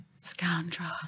scoundrel